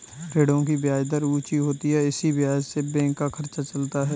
ऋणों की ब्याज दर ऊंची होती है इसी ब्याज से बैंक का खर्चा चलता है